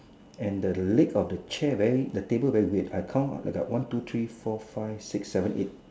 and the leg of the chair very the table very weird I count I got like one two three four five six seven eight